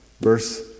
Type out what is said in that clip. verse